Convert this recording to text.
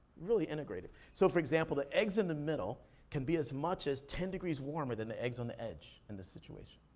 really integrated. so for example, the eggs in the middle can be as much as ten degrees warmer than the eggs on the edge in this situation.